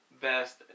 best